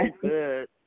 good